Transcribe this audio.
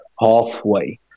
halfway